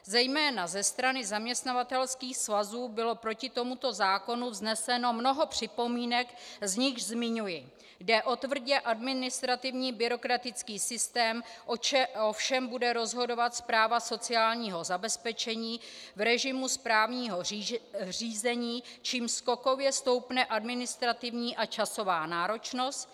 Zejména ze strany zaměstnavatelských svazů bylo proti tomuto zákonu vzneseno mnoho připomínek, z nichž zmiňuji: Jde o tvrdě administrativní byrokratický systém, o všem bude rozhodovat správa sociálního zabezpečení v režimu správního řízení, čímž skokově stoupne administrativní a časová náročnost.